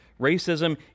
Racism